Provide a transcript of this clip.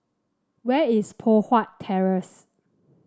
where is Poh Huat Terrace